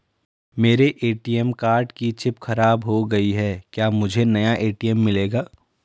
मेरे ATM card की chip खराब हो गयी है क्या मुझे नया ए.टी.एम मिलेगा?